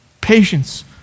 Patience